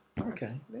okay